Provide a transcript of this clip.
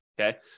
okay